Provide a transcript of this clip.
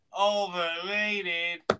overrated